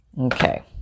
Okay